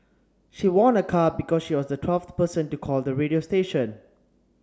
she won a car because she was the twelfth person to call the radio station